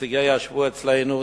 שנציגיה ישבו אצלנו,